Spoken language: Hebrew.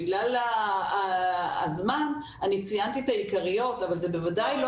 בגלל הזמן ציינתי את העיקריות אבל בוודאי זה